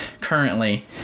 currently